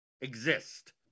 exist